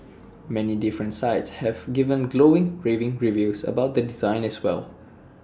many different sites have given glowing raving reviews about the design as well